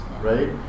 Right